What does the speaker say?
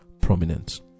prominent